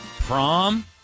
prom